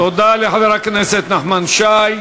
תודה לחבר הכנסת נחמן שי.